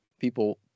people